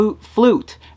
flute